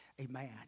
Amen